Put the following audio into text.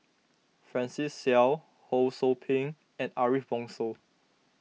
Francis Seow Ho Sou Ping and Ariff Bongso